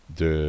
de